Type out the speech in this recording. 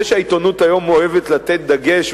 זה שהעיתונות היום אוהבת לתת דגש,